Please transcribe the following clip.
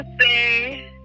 say